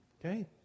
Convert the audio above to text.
Okay